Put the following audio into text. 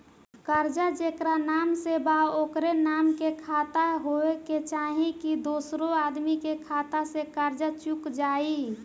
कर्जा जेकरा नाम से बा ओकरे नाम के खाता होए के चाही की दोस्रो आदमी के खाता से कर्जा चुक जाइ?